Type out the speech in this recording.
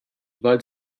bud